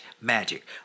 magic